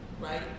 Right